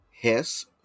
Hess